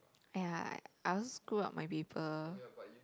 !aiya! I also screwed up my paper